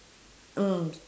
mm